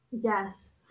Yes